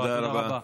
תודה רבה.